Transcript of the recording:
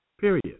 period